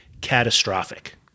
catastrophic